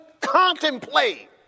contemplate